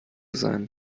sein